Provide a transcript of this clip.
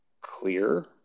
clear